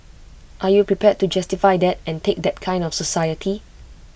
are you prepared to justify that and take that kind of society